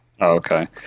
Okay